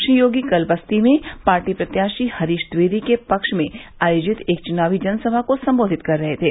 श्री योगी कल बस्ती में पार्टी प्रत्याशी हरीश द्विवेदी के पक्ष में आयोजित एक चुनावी जनसभा को संबोधित कर रहे थे